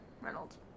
reynolds